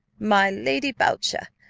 my lady boucher,